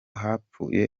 hapfuye